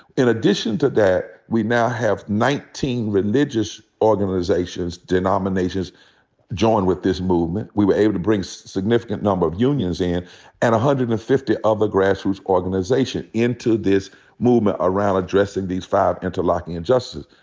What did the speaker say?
in addition to that, we now have nineteen religious organizations, denominations join with this movement. we were able to bring so significant number of unions in and one hundred and fifty other grassroots organizations into this movement around addressing these five interlocking injustices.